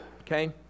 Okay